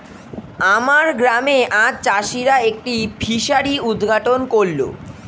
আমার গ্রামে আজ চাষিরা একটি ফিসারি উদ্ঘাটন করল